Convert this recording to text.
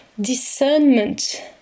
discernment